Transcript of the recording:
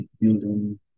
building